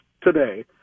today